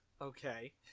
Okay